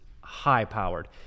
high-powered